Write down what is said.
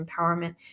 empowerment